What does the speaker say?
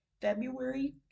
February